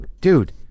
Dude